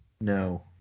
No